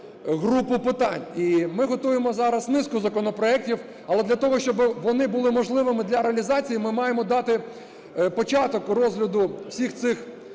групу питань, і ми готуємо зараз низку законопроектів. Але для того, щоби вони були можливими для реалізації, ми маємо дати початок розгляду всіх цих